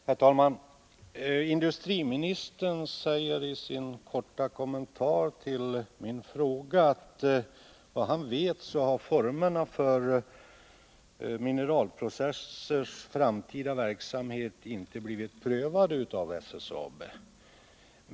Herr talman! Industriministern säger i sin korta kommentar till min fråga, att vad han vet har formerna för Mineralprocessers framtida verksamhet inte blivit prövade av SSAB.